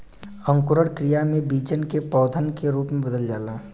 अंकुरण क्रिया में बीजन के पौधन के रूप में बदल जाला